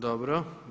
Dobro.